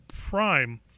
prime